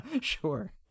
Sure